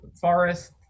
forest